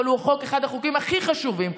אבל הוא אחד החוקים הכי חשובים.